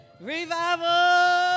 revival